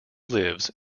lives